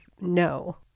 no